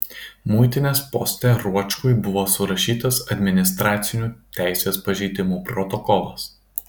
muitinės poste ruočkui buvo surašytas administracinių teisės pažeidimų protokolas